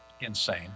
insane